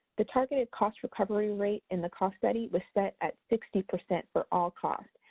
the targeted cost recovery rate in the cost study was set at sixty percent for all costs,